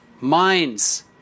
minds